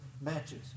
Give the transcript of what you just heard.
matches